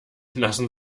lassen